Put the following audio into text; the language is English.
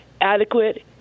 adequate